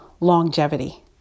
longevity